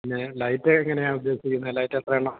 പിന്നേ ലൈറ്റ് എങ്ങനെയാണ് ഉദ്ദേശിക്കുന്നത് ലൈറ്റെത്രയെണ്ണം